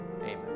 Amen